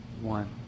one